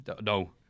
No